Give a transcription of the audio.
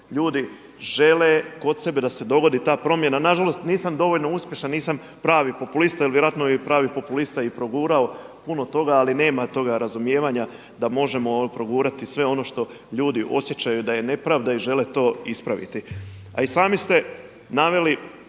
ljudi žele kod sebe da se dogodi ta promjena. Nažalost nisam dovoljno uspješan, nisam pravi populista jer vjerojatno bi pravi populista i progurao puno toga ali nema toga razumijevanja da možemo progurati sve ono što ljudi osjećaju da je nepravda i žele to ispraviti. A i sami ste naveli,